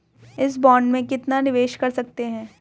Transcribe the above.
इस बॉन्ड में कौन निवेश कर सकता है?